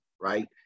right